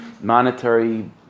monetary